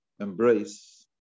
embrace